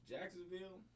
Jacksonville